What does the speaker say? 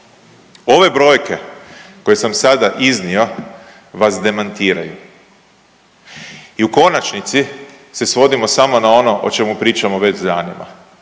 ove brojke koje sam sada iznio vas demantiraju. I u konačnici se svodimo samo na ono o čemu pričamo već danima.